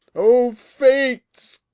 o fates!